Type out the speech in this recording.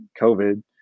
COVID